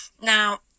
Now